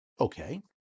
Okay